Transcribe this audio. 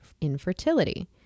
infertility